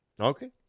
Okay